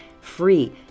free